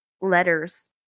letters